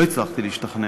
לא הצלחתי להשתכנע.